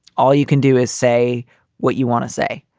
all you can do is say what you want to say.